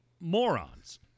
morons